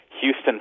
Houston